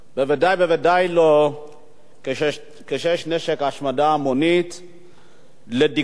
בוודאי לא כשיש נשק השמדה המונית לדיקטטורות,